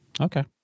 Okay